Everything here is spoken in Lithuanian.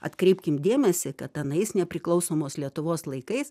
atkreipkim dėmesį kad anais nepriklausomos lietuvos laikais